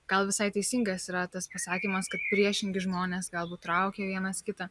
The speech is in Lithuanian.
gal visai teisingas yra tas pasakymas kad priešingi žmonės galbūt traukia vienas kitą